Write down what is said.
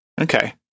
Okay